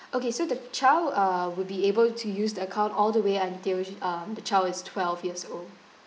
okay so the child uh would be able to use the account all the way until uh the child is twelve years old